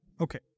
Okay